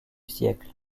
siècle